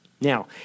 Now